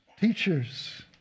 teachers